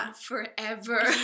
forever